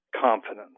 confidence